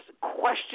question